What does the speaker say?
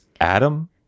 adam